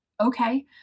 okay